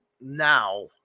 now